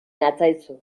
natzaizu